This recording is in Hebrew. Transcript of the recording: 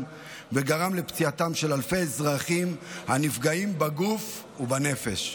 וגרם לפציעתם של אלפים אזרחים שנפגעו בגוף ובנפש,